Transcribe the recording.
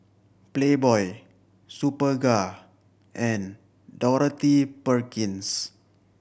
Playboy Superga and Dorothy Perkins